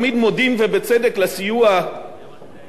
על הסיוע הצבאי מארצות-הברית,